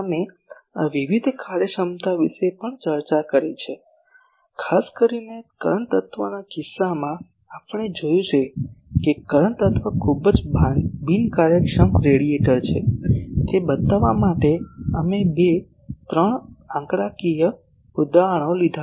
અમે આ વિવિધ કાર્યક્ષમતા વિશે પણ ચર્ચા કરી છે ખાસ કરીને કરંટ તત્વના કિસ્સામાં આપણે જોયું છે કે કરંટ તત્વ ખૂબ જ બિનકાર્યક્ષમ રેડિએટર છે તે બતાવવા માટે અમે બે ત્રણ આંકડાકીય ઉદાહરણો લીધા છે